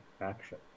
action